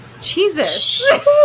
Jesus